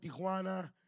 Tijuana